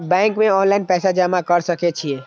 Bank में online पैसा जमा कर सके छीये?